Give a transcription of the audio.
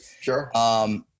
Sure